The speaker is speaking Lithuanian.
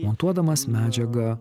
montuodamas medžiagą